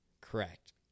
correct